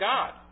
God